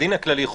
בדין הכללי,